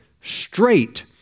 straight